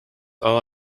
all